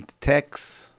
text